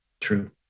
true